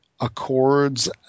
Accords